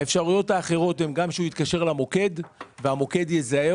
האפשרויות האחרות הן שהוא יתקשר למוקד והמוקד יזהה